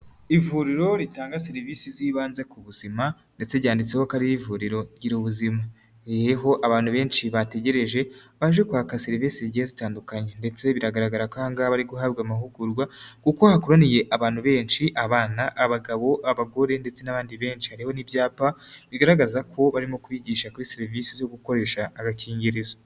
Ivuriro ritanga serivisi z'ibanze ku buzima ndetse ryanditseho ko ari ivuriro gira ubuzima ririho abantu benshi bategereje baje kwaka serivisi zigiye zitandukanye ndetse bigaragara ko ahangaha bari guhabwa amahugurwa kuko hakoraniye abantu benshi abana, abagabo, abagore, ndetse n'abandi benshi harimo n'ibyapa bigaragaza ko barimo kubigisha kuri serivisi zo gukoresha agakingirizo.